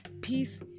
Peace